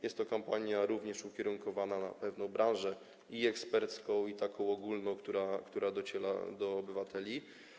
Jest to kampania również ukierunkowana na pewną branżę i ekspercką, i taką ogólną, która dociera do obywateli.